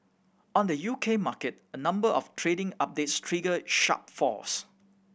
on the U K market a number of trading updates triggered sharp falls